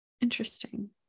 Interesting